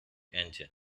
engine